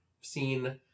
seen